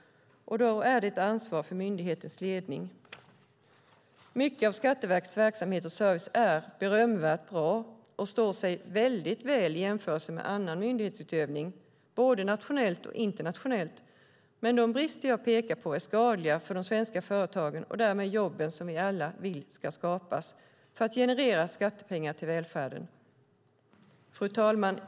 Då är det ett ansvar för myndighetens ledning. Mycket av Skatteverkets verksamhet och service är berömvärt bra och står sig väldigt väl i jämförelse med annan myndighetsutövning, både nationellt och internationellt. Men de brister jag pekar på är skadliga för de svenska företagen, och därmed för de jobb som vi alla vill ska skapas för att generera skattepengar till välfärden.